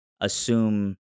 assume